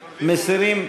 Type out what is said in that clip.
מסירים.